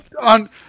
On